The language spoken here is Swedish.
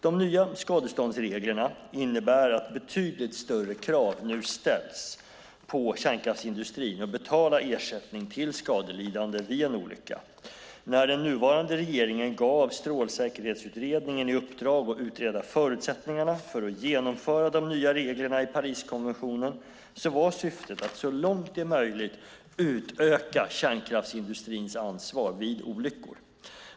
De nya skadeståndsreglerna innebär att betydligt större krav nu ställs på kärnkraftsindustrin att betala ersättning till skadelidande vid en olycka. När den nuvarande regeringen gav Strålsäkerhetsutredningen i uppdrag att utreda förutsättningarna för att genomföra de nya reglerna i Pariskonventionen var syftet att, så långt det är möjligt, utöka kärnkraftsindustrins ansvar vid olyckor.